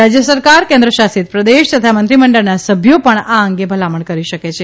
રાજય સરકાર કેન્દ્રશાસિત પ્રદેશ તથા મંત્રીમંડળના સભ્યો પણ આ અંગે ભલામણ કરી શકશે